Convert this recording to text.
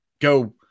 go